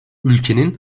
ülkenin